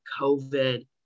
COVID